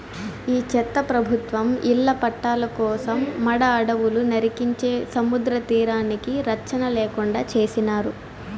ఈ చెత్త ప్రభుత్వం ఇళ్ల పట్టాల కోసం మడ అడవులు నరికించే సముద్రతీరానికి రచ్చన లేకుండా చేసినారు